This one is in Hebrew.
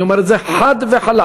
אני אומר את זה חד וחלק,